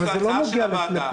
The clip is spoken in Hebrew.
זה כאילו הצעה של הוועדה.